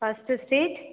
first street